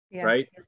Right